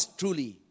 truly